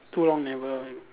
too long never